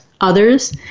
others